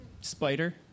spider